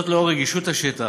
לאור רגישות השטח.